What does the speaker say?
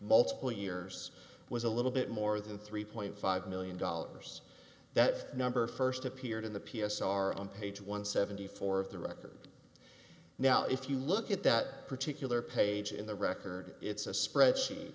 multiple years was a little bit more than three point five million dollars that number first appeared in the p s are on page one seventy four of the record now if you look at that particular page in the record it's a spreadsheet